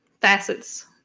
facets